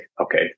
okay